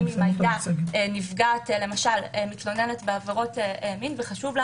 אם היתה נפגעת מתלוננת בעבירות מין וחשוב לה